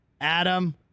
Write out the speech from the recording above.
adam